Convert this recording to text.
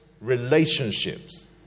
relationships